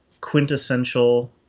quintessential